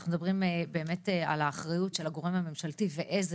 אנחנו מדברים על האחריות של הגורם הממשלתי ואיזה